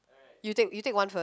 you take you take one first